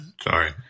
sorry